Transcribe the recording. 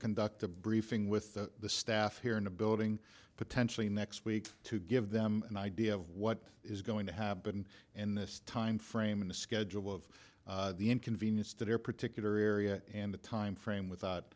conduct a briefing with the staff here in the building potentially next week to give them an idea of what is going to have been in this timeframe in the schedule of the inconvenience to their particular area and the time frame